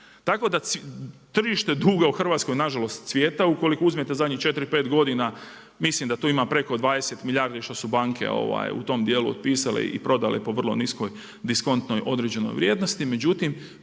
Tako da tržište duga u Hrvatskoj na žalost cvjeta ukoliko uzmete zadnjih četiri, pet godina. Mislim da tu ima preko 20 milijardi što su banke u tom dijelu otpisale i prodale po vrlo niskoj diskontnoj određenoj vrijednosti. Međutim,